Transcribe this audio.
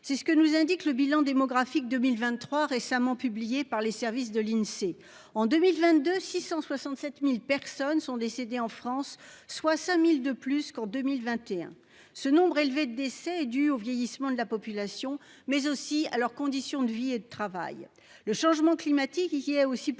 C'est ce que nous indique le bilan démographique 2023 récemment publié par les services de l'Insee en 2022, 667.000 personnes sont décédées en France soit 5000 de plus qu'en 2021. Ce nombre élevé de décès dus au vieillissement de la population mais aussi à leurs conditions de vie et de travail. Le changement climatique. Il est aussi pour